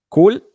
Cool